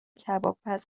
کبابپز